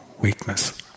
weakness